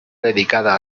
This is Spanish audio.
dedicada